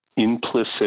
implicit